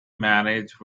marriage